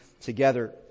together